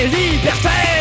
liberté